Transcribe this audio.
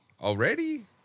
already